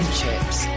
chips